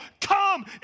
come